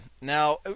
Now